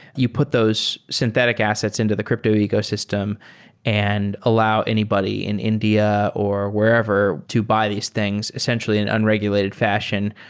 you put those synthetic assets into the crypto ecosystem and allow anybody in india or wherever to buy these things essentially in an unregulated fashion.